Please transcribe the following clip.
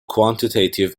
quantitative